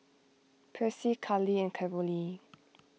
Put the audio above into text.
Percy Cali and Carolee